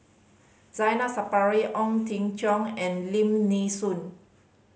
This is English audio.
Zainal Sapari Ong Teng Cheong and Lim Nee Soon